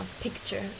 picture